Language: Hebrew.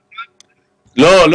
לא.